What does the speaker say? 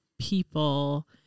people